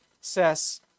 says